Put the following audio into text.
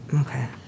Okay